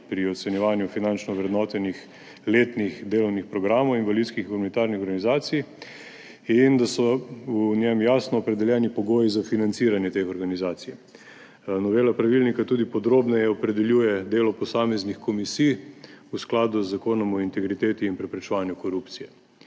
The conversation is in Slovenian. pri ocenjevanju finančno ovrednotenih letnih delovnih programov invalidskih in humanitarnih organizacij in da so v njem jasno opredeljeni pogoji za financiranje teh organizacij. Novela pravilnika tudi podrobneje opredeljuje delo posameznih komisij v skladu z Zakonom o integriteti in preprečevanju korupcije.